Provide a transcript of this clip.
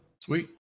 sweet